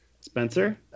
Spencer